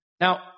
Now